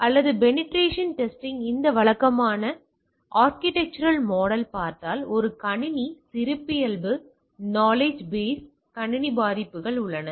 அல்லது penetration testing இன் வழக்கமான ஆர்கிடெக்சரல் மாடலயைப் பார்த்தால் ஒரு கணினி சிறப்பியல்பு நாலேஜ் பேஸ் மற்றும் கணினி பாதிப்புகள் உள்ளன